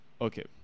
Okay